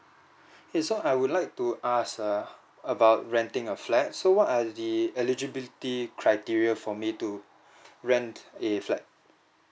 so I would like to ask err about renting a flat so what are the eligibility criteria for me to rent a flat